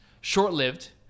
short-lived